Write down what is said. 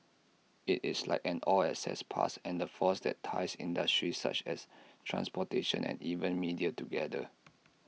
IT is like an all access pass and the force that ties industries such as transportation and even media together